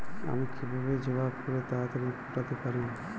আমি কিভাবে জবা ফুল তাড়াতাড়ি ফোটাতে পারি?